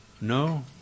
No